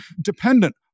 dependent